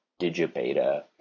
Digibeta